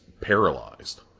paralyzed